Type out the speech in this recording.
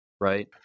right